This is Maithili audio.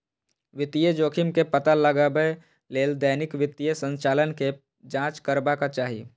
वित्तीय जोखिम के पता लगबै लेल दैनिक वित्तीय संचालन के जांच करबाक चाही